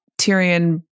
Tyrion